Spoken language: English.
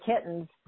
kittens